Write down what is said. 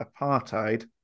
apartheid